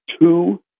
two